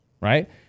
Right